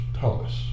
Thomas